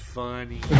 funny